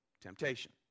temptation